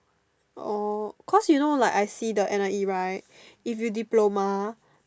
orh cause you know like I see the N_I_E right if you diploma